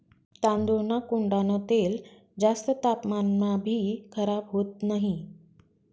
तांदूळना कोंडान तेल जास्त तापमानमाभी खराब होत नही